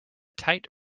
tight